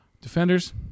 Defenders